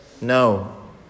no